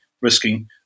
risking